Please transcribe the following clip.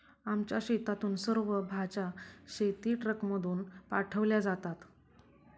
आमच्या शेतातून सर्व भाज्या शेतीट्रकमधून पाठवल्या जातात